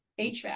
HVAC